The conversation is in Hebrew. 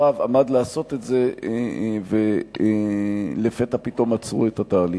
אחריו עמד לעשות את זה ולפתע פתאום עצרו את התהליך.